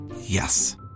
Yes